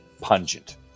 pungent